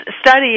study